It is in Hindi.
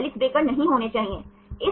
तो बॉन्ड लेंथ कौन सी है